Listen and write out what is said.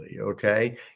okay